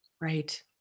Right